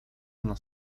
nas